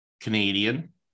Canadian